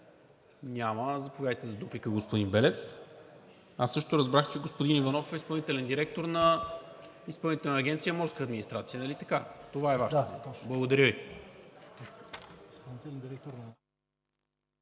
Няма. Заповядайте за дуплика, господин Белев. Аз също разбрах, че господин Иванов е изпълнителен директор на Изпълнителна агенция „Морска администрация“, нали така? Това е